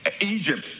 Egypt